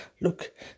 Look